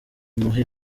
imuhe